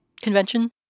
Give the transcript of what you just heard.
convention